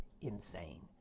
insane